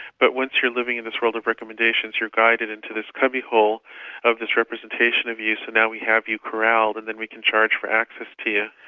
but once you're living in this world of recommendations, you're guided into this cubby-hole of this representation of you so now we have you corralled and then we can charge for access to you.